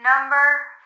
Number